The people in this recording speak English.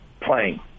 playing